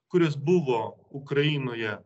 kuris buvo ukrainoje